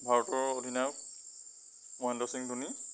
ভাৰতৰ অধিনায়ক মহেন্দ্ৰ সিং ধোনী